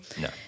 No